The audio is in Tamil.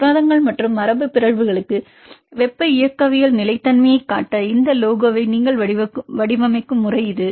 புரதங்கள் மற்றும் மரபுபிறழ்வுகளுக்கு வெப்ப இயக்கவியல் நிலைத்தன்மையைக் காட்ட இந்த லோகோவை நீங்கள் வடிவமைக்கும் முறை இது